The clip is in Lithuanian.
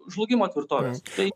žlugimo tvirtovės tai